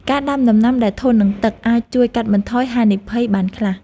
ការដាំដំណាំដែលធន់នឹងទឹកអាចជួយកាត់បន្ថយហានិភ័យបានខ្លះ។